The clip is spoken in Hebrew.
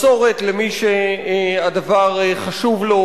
מסורת למי שהדבר חשוב לו,